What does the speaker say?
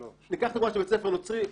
ניקח דוגמא של בית ספר נוצרי.